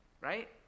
right